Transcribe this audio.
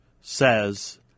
says